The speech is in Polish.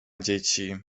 dzieci